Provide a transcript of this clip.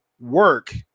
work